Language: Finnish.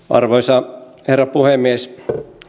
arvoisa herra puhemies